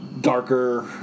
darker